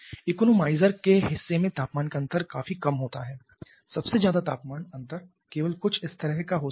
economizer के हिस्से में तापमान का अंतर काफी कम होता है सबसे ज्यादा तापमान अंतर केवल कुछ इस तरह का हो सकता है